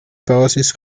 basis